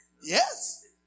Yes